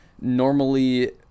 normally